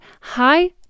hi